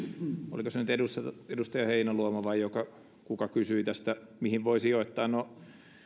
oliko se nyt edustaja edustaja heinäluoma vai kuka joka kysyi tästä mihin voi sijoittaa